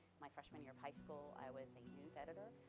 my freshman year of high school, i was a news editor.